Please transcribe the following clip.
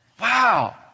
Wow